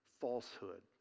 falsehood